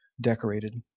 decorated